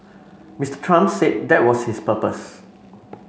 Mister Trump said that was his purpose